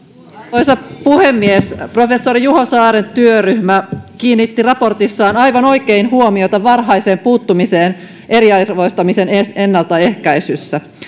arvoisa puhemies professori juho saaren työryhmä kiinnitti raportissaan aivan oikein huomiota varhaiseen puuttumiseen eriarvoistamisen ennaltaehkäisyssä